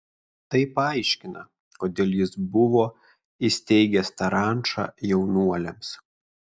tai paaiškina kodėl jis buvo įsteigęs tą rančą jaunuoliams